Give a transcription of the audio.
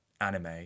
anime